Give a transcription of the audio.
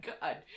God